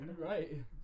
Right